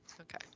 Okay